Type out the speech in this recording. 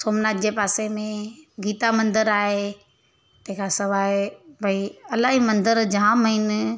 सोमनाथ जे पासे में गीता मंदिर आहे तंहिंखां सवाइ भाई इलाही मंदिर जाम आहिनि